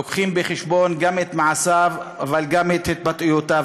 לוקחים בחשבון גם את מעשיו אבל גם את התבטאויותיו.